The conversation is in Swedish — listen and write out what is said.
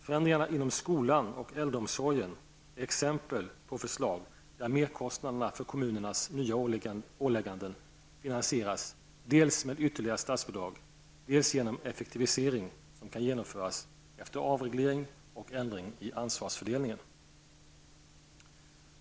Förändringarna inom skolan och äldreomsorgen är exempel på förslag där merkostnaderna för kommunernas nya åligganden finansieras dels med ytterligare statsbidrag, dels genom effektivisering som kan genomföras efter avreglering och ändringar i ansvarsfördelningen.